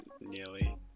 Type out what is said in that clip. nearly